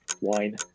wine